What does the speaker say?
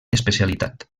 especialitat